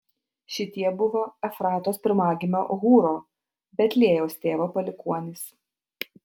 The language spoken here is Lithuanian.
šitie buvo efratos pirmagimio hūro betliejaus tėvo palikuonys